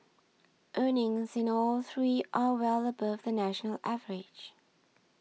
earnings in all three are well above the national average